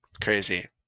Crazy